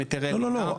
לא, לא, לא.